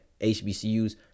HBCUs